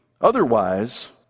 Otherwise